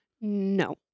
No